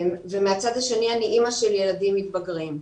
ומהצד השני אני אימא של ילדים מתבגרים,